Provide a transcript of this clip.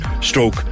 stroke